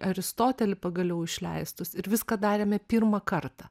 aristotelį pagaliau išleistus ir viską darėme pirmą kartą